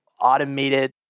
automated